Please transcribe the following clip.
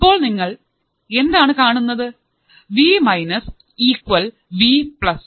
ഇപ്പോൾ നിങ്ങൾ എന്താണ് കാണുന്നത് V minus equal V plus